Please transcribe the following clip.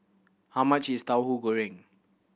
how much is Tauhu Goreng